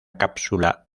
cápsula